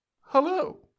hello